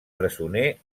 presoner